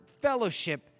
fellowship